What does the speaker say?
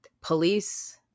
Police